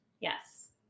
Yes